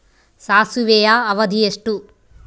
ಸಾಸಿವೆಯ ಅವಧಿ ಎಷ್ಟು?